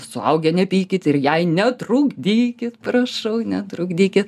suaugę nepykit ir jai netrukdykit prašau netrukdykit